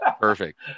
Perfect